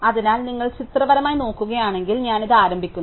അതിനാൽ നിങ്ങൾക്ക് ചിത്രപരമായി നോക്കണമെങ്കിൽ ഞാൻ ഇത് ആരംഭിക്കുന്നു